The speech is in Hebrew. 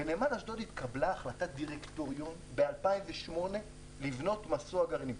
בנמל אשדוד התקבלה החלטת דירקטוריון ב-2008 לבנות מסוע גרעינים.